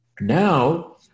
Now